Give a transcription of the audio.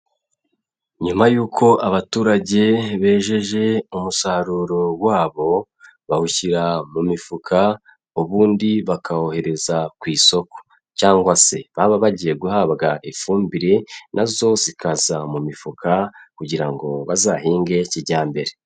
Nyuma y'uko abaturage bejeje umusaruro wabo bawushyira mu mifuka, ubundi bakawohereza ku isoko cyangwa se baba bagiye guhabwa ifumbire na zo zikaza mu mifuka kugira ngo bazahinge kijyambere.